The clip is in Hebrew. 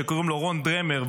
שקוראים לו רון דרמר,